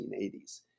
1980s